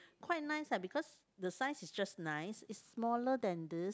quite nice lah because the size is just nice is smaller than this